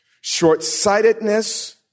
short-sightedness